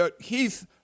Heath